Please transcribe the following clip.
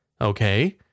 Okay